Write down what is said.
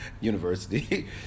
university